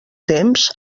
temps